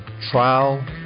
trial